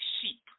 sheep